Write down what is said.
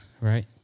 right